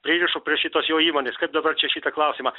pririšo prie šitos jo įmonės kaip dabar čia šitą klausimą